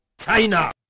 China